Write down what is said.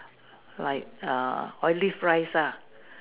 like err Olive rice ah